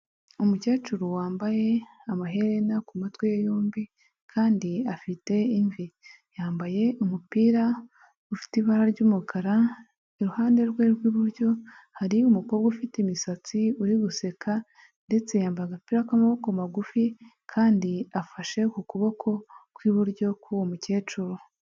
Umukecuru wambaye amaherena ku matwi ye yombi kandi afite imvi. Yambaye umupira ufite ibara ry'umukara, iruhande rwe rw'iburyo hari umukobwa ufite imisatsi uri guseka ndetse yambaye agapira k'amaboko magufi kandi afashe ku kuboko kw'iburyo k'uwo mukecuru.